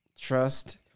trust